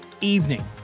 evening